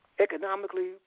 economically